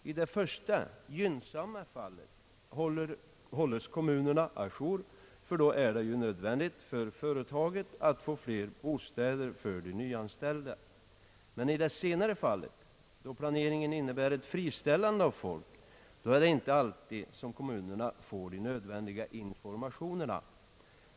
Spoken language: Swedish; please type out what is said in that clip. I det första, gynnsamma fallet hålles kommunerna å jour, ty då är det nödvändigt för företaget att få bostäder för de nyanställda. Men i det senare fallet, då planeringen innebär ett friställande av folk, får kommunerna inte alltid de nödvändiga informationerna.